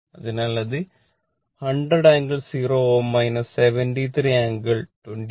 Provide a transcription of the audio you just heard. അതിനാൽ അത് 100 ∟ 0 Ω 73 ∟ 24